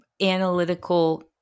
analytical –